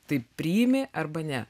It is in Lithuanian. tai priimi arba ne